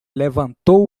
levantou